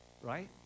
Right